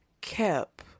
kept